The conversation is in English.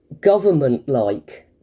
government-like